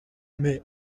mais